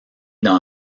dans